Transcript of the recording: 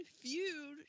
feud